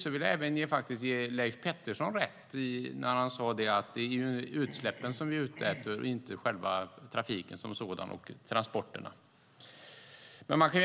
Jag vill även ge Leif Pettersson rätt när han sade att det är utsläppen vi är ute efter, inte själva trafiken som sådan och transporterna.